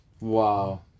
Wow